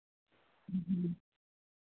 ᱦᱮᱸ ᱦᱮᱸ